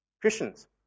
Christians